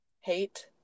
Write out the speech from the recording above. Hate